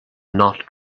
not